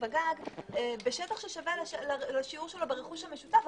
בגג בשטח ששווה לשיעור שלו ברכוש המשותף,